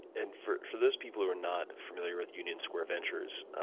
and for for those people who are not familiar with union square ventures,